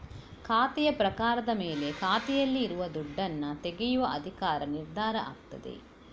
ಖಾತೆಯ ಪ್ರಕಾರದ ಮೇಲೆ ಖಾತೆಯಲ್ಲಿ ಇರುವ ದುಡ್ಡನ್ನ ತೆಗೆಯುವ ಅಧಿಕಾರ ನಿರ್ಧಾರ ಆಗ್ತದೆ